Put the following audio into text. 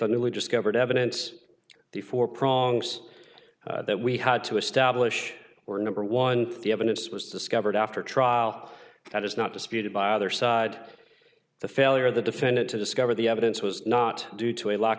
really just covered evidence before prongs that we had to establish or number one the evidence was discovered after a trial that is not disputed by either side the failure of the defendant to discover the evidence was not due to a lack